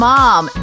Mom